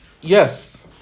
yes